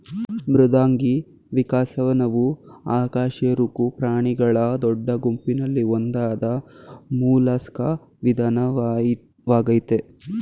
ಮೃದ್ವಂಗಿ ವಿಕಸನವು ಅಕಶೇರುಕ ಪ್ರಾಣಿಗಳ ದೊಡ್ಡ ಗುಂಪಲ್ಲಿ ಒಂದಾದ ಮೊಲಸ್ಕಾ ವಿಧಾನವಾಗಯ್ತೆ